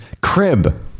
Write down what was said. crib